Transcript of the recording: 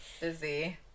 busy